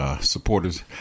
supporters